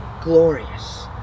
glorious